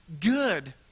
good